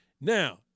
Now